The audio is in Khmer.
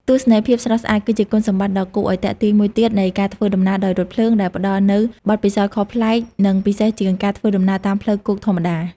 ទស្សនីយភាពស្រស់ស្អាត គឺជាគុណសម្បត្តិដ៏គួរឲ្យទាក់ទាញមួយទៀតនៃការធ្វើដំណើរដោយរថភ្លើង ដែលផ្តល់នូវបទពិសោធន៍ខុសប្លែក និងពិសេសជាងការធ្វើដំណើរតាមផ្លូវគោកធម្មតា។